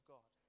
God